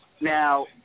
now